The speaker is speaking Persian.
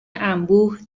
انبوه